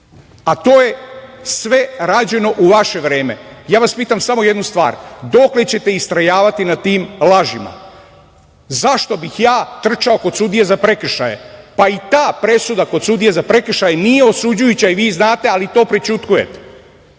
a to je sve rađeno u vaše vreme. Ja vas pitam jednu stvar, dokle ćete istrajavati na tim lažima? Zašto bih ja trčao kod sudije za prekršaje, pa i ta presuda kod sudije za prekršaj nije osuđujuća i vi znate, ali to prećutkujete,